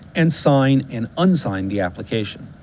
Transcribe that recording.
and sign and un-sign the application.